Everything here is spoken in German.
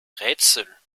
rätsel